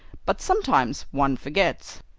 but sometimes one forgets.